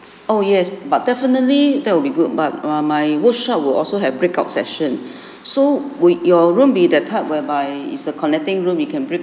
oh yes but definitely that will be good but uh my workshop will also have breakout session so will your room be that type whereby it's a connecting room you can break